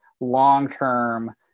long-term